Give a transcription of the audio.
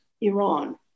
Iran